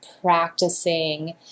practicing